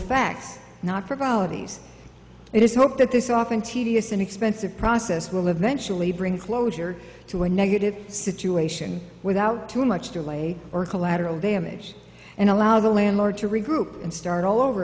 facts not provide it is hoped that this often tedious and expensive process will eventually bring closure to a negative situation without too much delay or collateral damage and allow the landlord to regroup and start all over